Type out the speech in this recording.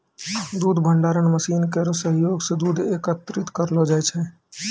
दूध भंडारण मसीन केरो सहयोग सें दूध एकत्रित करलो जाय छै